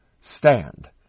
stand